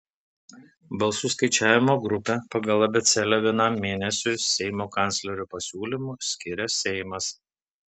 balsų skaičiavimo grupę pagal abėcėlę vienam mėnesiui seimo kanclerio pasiūlymu skiria seimas